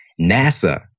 NASA